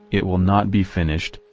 it will not be finished,